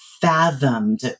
fathomed